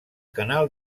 canal